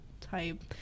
type